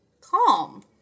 calm